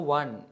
one